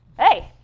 Hey